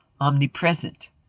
omnipresent